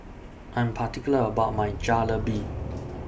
I Am particular about My Jalebi